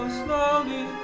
slowly